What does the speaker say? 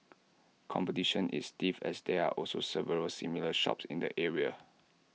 competition is stiff as there are also several similar shops in the area